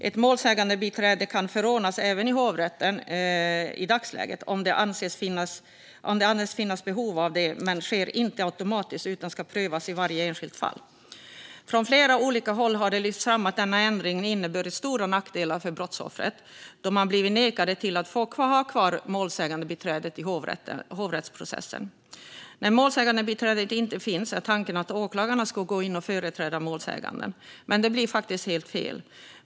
Ett målsägandebiträde kan i dagsläget förordnas även i hovrätten om det anses finnas behov av det, men det sker inte automatiskt utan ska prövas i varje enskilt fall. Från flera olika håll har det lyfts fram att denna ändring inneburit stora nackdelar för brottsoffret då man blivit nekad att få ha kvar målsägandebiträdet i hovrättsprocessen. När målsägandebiträde inte finns är tanken att åklagarna ska gå in och företräda målsäganden. Men detta blir faktiskt helt fel.